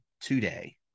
today